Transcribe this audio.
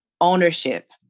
ownership